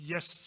Yes